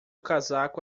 casaco